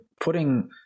putting